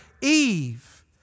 Eve